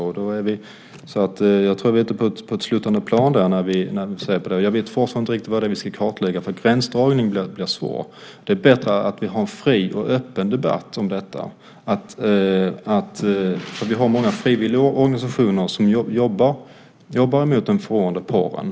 Vi är ute på ett sluttande plan där. Jag vet fortfarande inte riktigt vad det är vi ska kartlägga, för gränsdragningen blir svår. Det är bättre att vi har en fri och öppen debatt om detta. Det finns många frivilligorganisationer som arbetar mot den förråande porren.